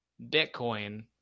Bitcoin